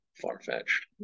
far-fetched